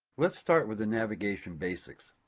let's start with the navigation basics.